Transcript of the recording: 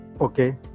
Okay